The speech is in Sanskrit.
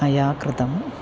मया कृतम्